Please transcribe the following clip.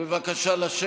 בבקשה לשבת.